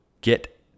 Get